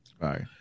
Right